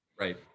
right